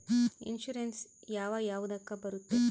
Insurance ಯಾವ ಯಾವುದಕ್ಕ ಬರುತ್ತೆ?